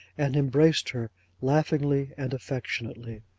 and embraced her laughingly and affectionately.